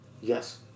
yes